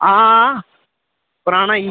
हां बनाना ई